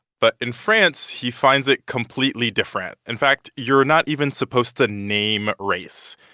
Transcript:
but in france, he finds it completely different. in fact, you're not even supposed to name race.